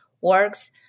works